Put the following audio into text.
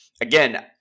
again